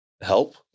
help